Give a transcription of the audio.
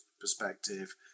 perspective